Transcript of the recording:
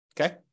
Okay